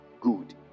Good